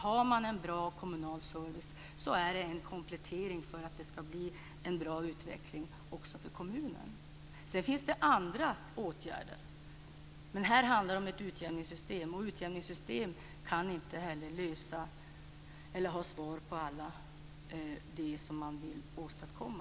Har man en bra kommunal service så är det en komplettering för att det skall bli en bra utveckling också för kommunen. Sedan finns det andra åtgärder. Men här handlar det om ett utjämningssystem. Och utjämningssystem kan inte heller vara svaret på allt det som man vill åstadkomma.